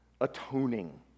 atoning